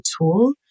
tool